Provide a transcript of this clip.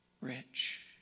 rich